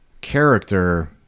character